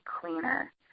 cleaner